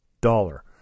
dollar